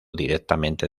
directamente